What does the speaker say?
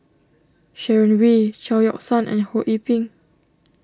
Sharon Wee Chao Yoke San and Ho Yee Ping